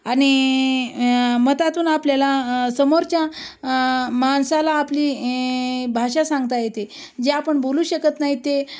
आणि मतातून आपल्याला समोरच्या माणसाला आपली ए भाषा सांगता येते जे आपण बोलू शकत नाही ते